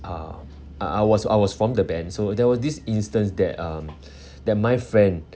um uh I was I was from the band so there was this instance that um that my friend